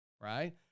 right